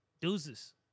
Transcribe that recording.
Deuces